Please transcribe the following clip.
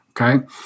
okay